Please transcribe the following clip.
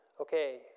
Okay